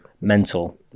mental